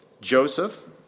Joseph